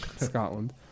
Scotland